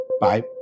Bye